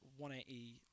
180